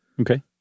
Okay